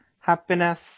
happiness